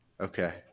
Okay